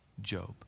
Job